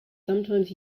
sometimes